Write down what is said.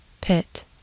pit